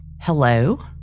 hello